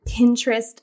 Pinterest